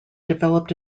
developed